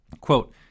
quote